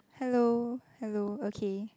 hello hello okay